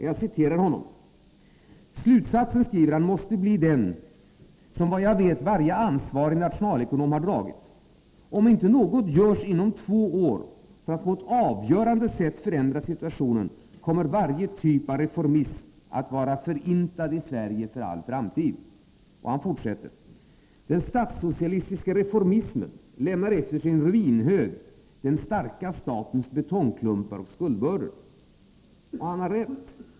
Jag citerar: ”-——— slutsatsen måste bli exakt den som, vad jag vet, varje ansvarig nationalekonom har dragit: om inte något görs inom två år för att avgörande förändra situationen, kommer varje typ av reformism att vara förintad i Sverige för all framtid”. Han fortsätter: ”Den statssocialistiska reformismen lämnar efter sig en ruinhög, den starka statens betongklumpar och skuldbördor.” Enquist har givetvis rätt.